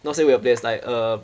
not say weird place like err